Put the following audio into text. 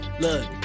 look